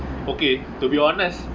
okay to be honest